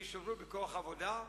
להשתתפות בכוח העבודה,